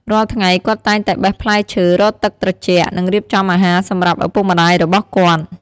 រាល់ថ្ងៃ គាត់តែងតែបេះផ្លែឈើ រកទឹកត្រជាក់ និងរៀបចំអាហារសម្រាប់ឪពុកម្ដាយរបស់គាត់។